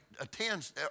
attends